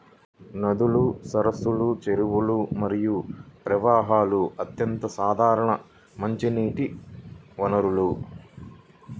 నదులు, సరస్సులు, చెరువులు మరియు ప్రవాహాలు అత్యంత సాధారణ మంచినీటి వనరులు